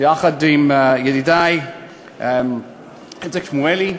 יחד עם ידידי איציק שמולי,